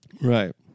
Right